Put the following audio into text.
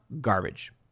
garbage